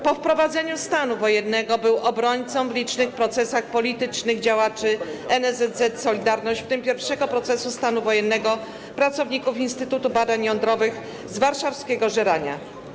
Po wprowadzeniu stanu wojennego był obrońcą w licznych procesach politycznych działaczy NSZZ „Solidarność”, w tym pierwszego procesu stanu wojennego pracowników Instytutu Badań Jądrowych z warszawskiego Żerania.